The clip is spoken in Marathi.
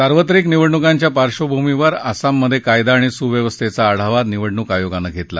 सार्वत्रिक निवडणुकींच्या पार्श्वभूमीवर आसाममध्ये कायदा आणि सुव्यवस्थेचा आढावा निवडणूक आयोगानं घेतला